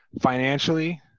financially